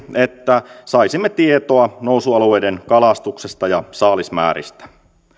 että saisimme tietoa nousualueiden kalastuksesta ja saalismääristä